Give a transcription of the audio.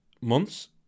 months